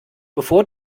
bevor